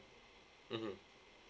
mmhmm